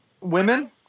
Women